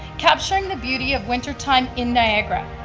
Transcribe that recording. capturing the beauty of wintertime in niagara.